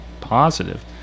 positive